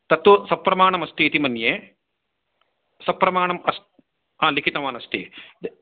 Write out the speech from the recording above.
तत् तु सप्रमाणम् अस्ति इति मन्ये सप्रमाणम् अस् लिखितवान् अस्ति